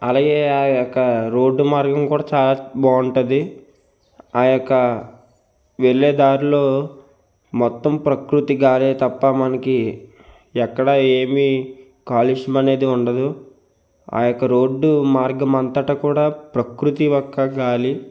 అలాగే ఆ యొక్క రోడ్డు మార్గం కూడా చాలా బాగుంటుంది ఆ యొక్క వెళ్ళేదారిలో మొత్తం ప్రకృతి గాలి తప్ప మనకి ఎక్కడ ఏమి కాలుష్యం అనేది ఉండదు ఆ యొక్క రోడ్డు మార్గం అంతట కూడా ప్రకృతి యొక్క గాలి